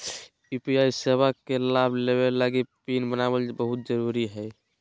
UPI सेवा के लाभ लेबे लगी पिन बनाना बहुत जरुरी हइ